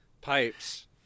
pipes